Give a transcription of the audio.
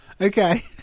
Okay